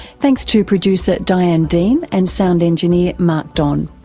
thanks to producer diane dean and sound engineer mark don.